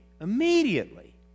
immediately